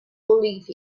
believe